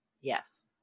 Yes